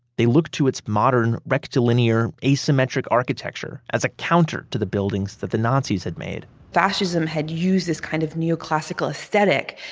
they look to it's modern, rectilinear, asymmetric architecture as a counter to the buildings that the nazis had made fascism had used this kind of neoclassical aesthetic,